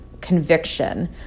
conviction